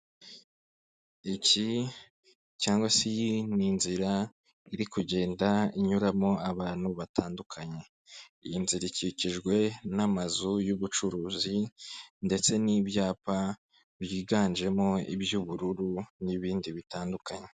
Iki cyangwa se iyi ni inzira iri kugenda inyuramo abantu batandukanye, iyi nzira ikikijwe n'amazu y'ubucuruzi ndetse n'ibyapa byiganjemo iby'ubururu n'ibindi bitandukanye.